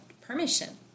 permission